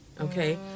Okay